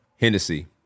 Hennessy